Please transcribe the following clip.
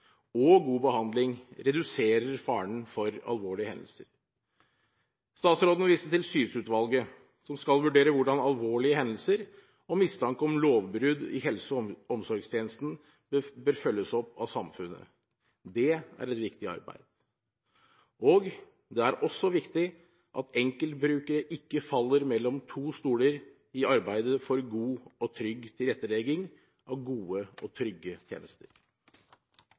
og god behandling reduserer faren for alvorlige hendelser. Statsråden viste til Syse-utvalget, som skal vurdere hvordan alvorlige hendelser og mistanke om lovbrudd i helse- og omsorgstjenesten bør følges opp av samfunnet. Det er et viktig arbeid. Det er også viktig at enkeltbrukere ikke faller mellom to stoler i arbeidet for god og trygg tilrettelegging av gode og trygge tjenester.